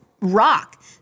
rock